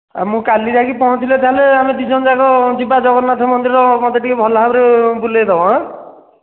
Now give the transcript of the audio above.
ମୁଁ କାଲି ଯାଇକି ପହଁଞ୍ଚିଲେ ତାହେଲେ ଆମେ ଦୁଇଜଣ ଯାକ ଯିବା ଜଗନ୍ନାଥ ମନ୍ଦିର ମୋତେ ଟିକେ ଭଲ ଭାବରେ ବୁଲାଇଦେବ ହଁ